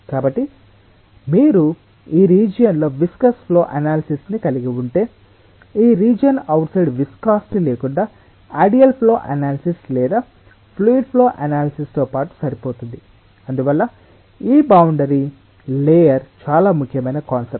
కాబట్టి మీరు ఈ రీజియన్ లో విస్కస్ ఫ్లో అనాలసిస్ ని కలిగి ఉంటే ఈ రీజియన్ అవుట్ సైడ్ విస్కాసిటి లేకుండా ఐడియల్ ఫ్లో అనాలసిస్ లేదా ఫ్లూయిడ్ ఫ్లో అనాలసిస్ తో పాటు సరిపోతుంది అందువల్ల ఈ బౌండరీ లేయర్ చాలా ముఖ్యమైన కాన్సెప్ట్